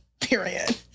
Period